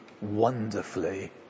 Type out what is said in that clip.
wonderfully